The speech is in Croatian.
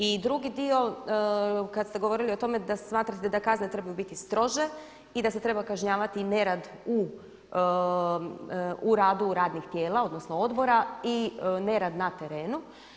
I drugi dio kad ste govorili o tome da smatrate da kazne trebaju biti strože i da se treba kažnjavati nerad u radu radnih tijela odnosno odbora i nerad na terenu.